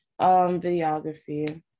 videography